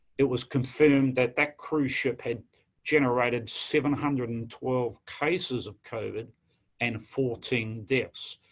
it was confirmed that that cruise ship had generated seven hundred and twelve cases of covid and fourteen deaths.